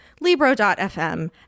libro.fm